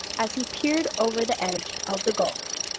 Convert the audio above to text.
as he peered over the edge of the gulf,